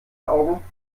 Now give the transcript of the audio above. augen